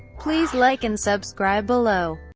please like and subscribe below.